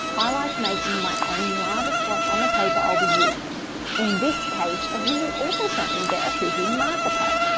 i like making my own larger swatch on the paper i'll be using in this case ohuhu also sent me their ohuhu marker patterns.